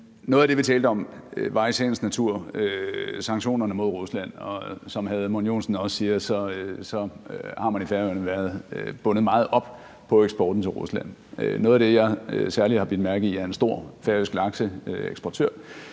noget af det, vi talte om, var i sagens natur sanktionerne mod Rusland, og som hr. Edmund Joensen også siger, har man i Færøerne været bundet meget op på eksporten til Rusland. Noget af det, jeg særlig har bidt mærke i, er en stor færøsk lakseeksportør,